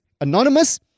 anonymous